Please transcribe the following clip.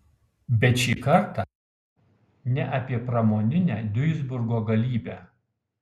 bet šį kartą ne apie pramoninę duisburgo galybę